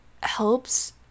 helps